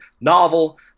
novel